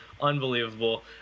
Unbelievable